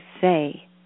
say